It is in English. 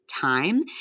time